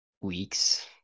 weeks